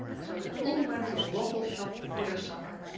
so they all went to a waffle shop for their supper.